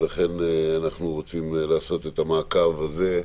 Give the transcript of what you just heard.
ולכן אנחנו רוצים לעשות את המעקב הזה,